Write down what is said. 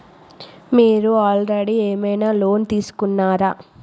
మీరు ఆల్రెడీ ఏమైనా లోన్ తీసుకున్నారా?